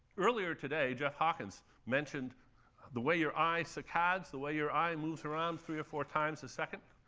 earlier today, jeff hawkins mentioned the way your eye saccades, the way your eye moves around three or four times a second.